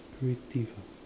creative ah